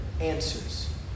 answers